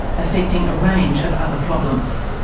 affecting a range of other problems.